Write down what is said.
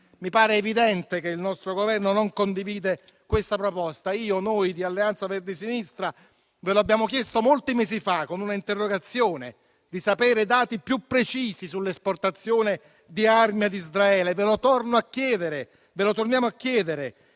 Mi pare evidente che il nostro Governo non condivida questa proposta. Noi di Alleanza Verdi e Sinistra vi abbiamo chiesto molti mesi fa, con un'interrogazione, di conoscere dati più precisi sull'esportazione di armi a Israele. Ve lo torniamo a chiedere